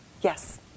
Yes